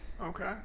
Okay